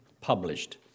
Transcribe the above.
published